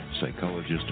Psychologist